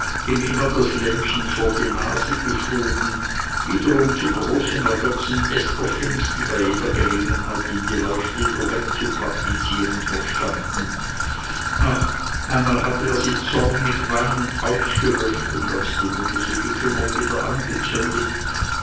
immer das lämpchen vor die nase geschoben wiederum zum großen ergötzen estherchens die bei jeder gelegenheit ihm die leuchte wieder wegzupraktizieren verstanden ach einmal hatte er sie zornig weinend ausgelöscht und als die mutter sie bekümmert wieder angezündet